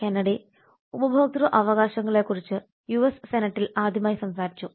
Kennedy ഉപഭോക്തൃ അവകാശങ്ങളെക്കുറിച്ച് US സെനറ്റിൽ ആദ്യമായി സംസാരിച്ചു